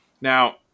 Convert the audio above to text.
Now